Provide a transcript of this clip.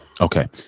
okay